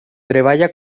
treballa